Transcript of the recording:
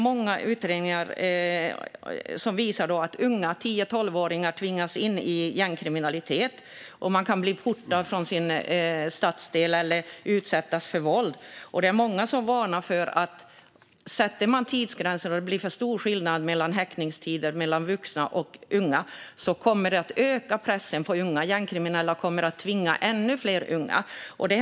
Många utredningar visar att unga - 10-12-åringar - tvingas in i gängkriminalitet. De kan bli portade från sin stadsdel eller utsättas för våld. Det är många som varnar för att om man sätter tidsgränser och det blir för stor skillnad på häktningstider mellan vuxna och unga kommer det att öka pressen på unga. Gängkriminella kommer att tvinga ännu fler unga att begå brott.